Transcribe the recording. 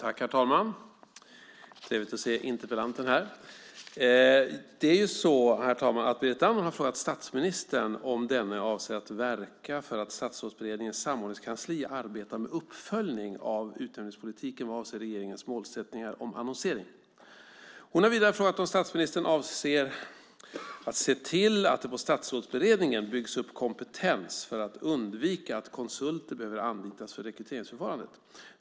Herr talman! Berit Andnor har frågat statsministern om denne avser att verka för att Statsrådsberedningens samordningskansli arbetar med uppföljning av utnämningspolitiken vad avser regeringens målsättningar om annonsering. Hon har vidare frågat om statsministern avser att se till att det i Statsrådsberedningen byggs upp kompetens för att undvika att konsulter behöver anlitas för rekryteringsförfarandet.